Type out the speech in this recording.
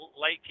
light